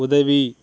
உதவி